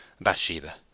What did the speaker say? Bathsheba